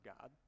God